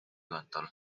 kontol